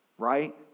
right